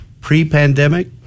pre-pandemic